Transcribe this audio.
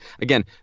again